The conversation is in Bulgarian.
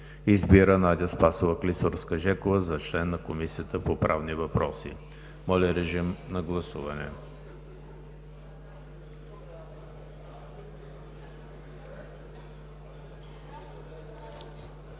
Избира Надя Спасова Клисурска-Жекова за член на Комисията по правни въпроси.“ Моля, режим на гласуване.